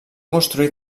construir